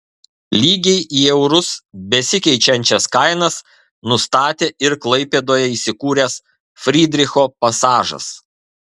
lygiai į eurus besikeičiančias kainas nustatė ir klaipėdoje įsikūręs frydricho pasažas